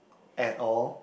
at all